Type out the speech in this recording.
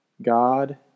God